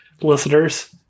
listeners